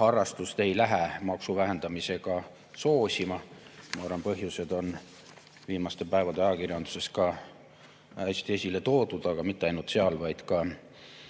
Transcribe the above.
harrastust ei lähe maksuvähendamisega soosima. Ma arvan, et põhjused on viimastel päevadel ajakirjanduses ka hästi esile toodud, aga mitte ainult seal, vaid ka